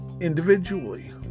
individually